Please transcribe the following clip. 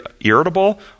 irritable